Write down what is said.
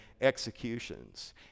executions